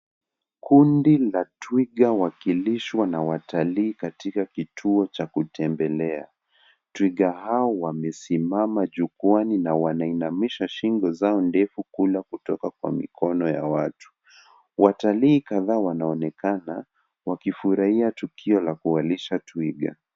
Kundi la twiga wakilishwa na watalii katika kituo cha kutembelea. Twiga hao wamesimama jukwaani na wanainamisha shingo zao ndefu kula kutoka kwa mikono ya watu. Watalii kadhaa wanaonekana wakifurahia tukio la kuwalisha twiga.